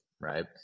right